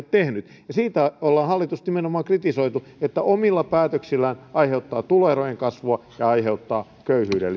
tehnyt siitä ollaan hallitusta nimenomaan kritisoitu että se omilla päätöksillään aiheuttaa tuloerojen kasvua ja aiheuttaa köyhyyden